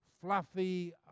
fluffy